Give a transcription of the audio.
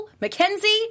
Mackenzie